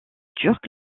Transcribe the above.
turc